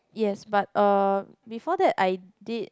yes but uh before that I did